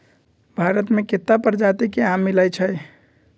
भारत मे केत्ता परजाति के आम मिलई छई